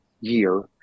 year